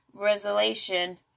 resolution